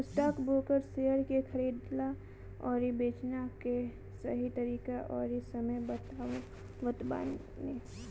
stockbroker share के खरीदला अउरी बेचला कअ सही तरीका अउरी समय बतावत बाने